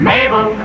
Mabel